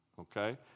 Okay